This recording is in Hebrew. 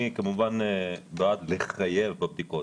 אני כמובן בעד לחייב בבדיקות,